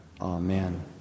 Amen